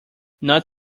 not